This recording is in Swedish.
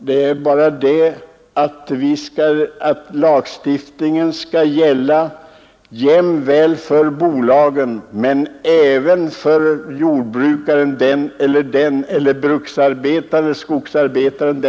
Herr talman! Lagstiftningen måste gälla för bolagen men även för jordbrukare, skogsarbetare och bruksarbetare.